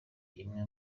imwe